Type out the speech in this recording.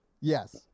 Yes